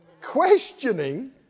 Questioning